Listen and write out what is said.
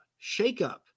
shakeup